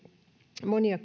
monia